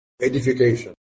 edification